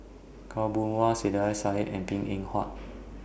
Khaw Boon Wan Saiedah Said and Png Eng Huat